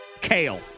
Kale